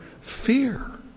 fear